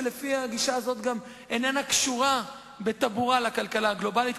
שלפי הגישה הזאת גם איננה קשורה בטבורה לכלכלה הגלובלית.